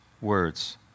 words